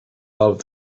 love